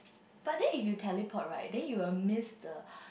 but then if you teleport right then you will miss the